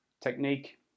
technique